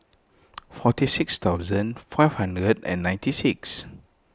forty six thousand five hundred and ninety six